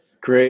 Great